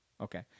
Okay